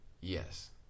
Yes